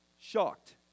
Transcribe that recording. shocked